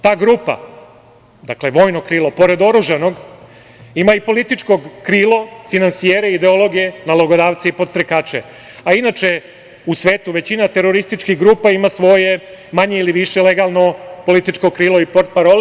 Ta grupa, vojno krilo, pored oružanog ima i političko krilo, finansijere i ideologe, nalogodavce i podstrekače, a inače u svetu većina terorističkih grupa ima svoje manje ili više legalno političko krilo i potparole.